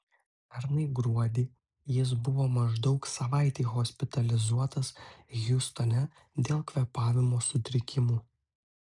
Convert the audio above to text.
pernai gruodį jis buvo maždaug savaitei hospitalizuotas hjustone dėl kvėpavimo sutrikimų